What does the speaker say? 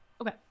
Okay